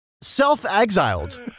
self-exiled